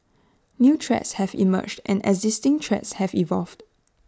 new threats have emerged and existing threats have evolved